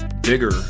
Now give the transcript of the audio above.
bigger